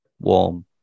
warm